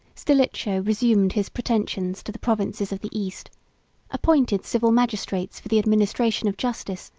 stilicho resumed his pretensions to the provinces of the east appointed civil magistrates for the administration of justice,